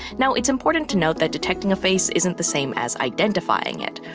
now, it's important to note that detecting a face isn't the same as identifying it.